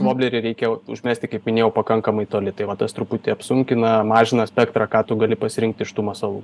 voblerį reikia užmesti kaip minėjau pakankamai toli tai va tas truputį apsunkina mažina spektrą ką tu gali pasirinkt iš tų masalų